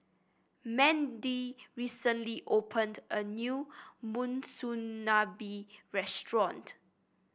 Mandy recently opened a new Monsunabe restaurant